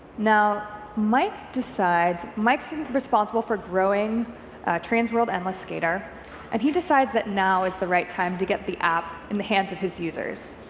now, mike decides, mike is so responsible for growing transworld endless skate er and he decides that now is the right time to get the app in the hands of his users.